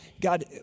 God